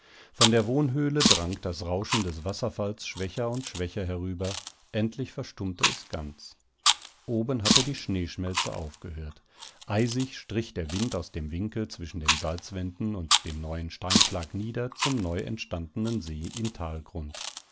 von der wohnhöhle drang das rauschen des wasserfalls schwächer und schwächer herüber endlich verstummte es ganz oben hatte die schneeschmelze aufgehört eisig strich der wind aus dem winkel zwischen den salzwänden und dem neuen steinschlag nieder zum neu entstandenen see im talgrund